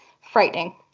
Frightening